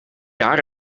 jaar